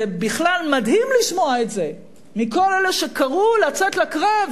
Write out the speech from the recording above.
זה בכלל מדהים לשמוע את זה מכל אלה שקראו לצאת לקרב